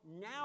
now